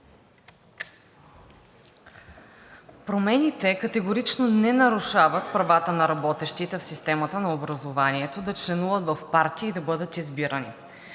Промените категорично не нарушават правата на работещите в системата на образованието да членуват в партии и да бъдат избирани.